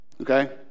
Okay